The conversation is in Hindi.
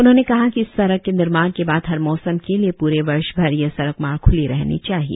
उन्होने कहा कि इस सड़क के निर्माण के बाद हर मौसम के लिए प्रे वर्ष भर यह सड़क मार्ग ख्ली रहनी चाहिए